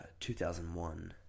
2001